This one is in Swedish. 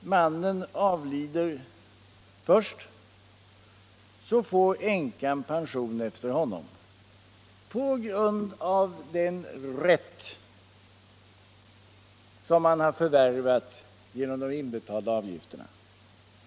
mannen avlider först får änkan pension efter honom på grund av den rätt som han har förvärvat genom de inbetalda avgifterna.